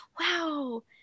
wow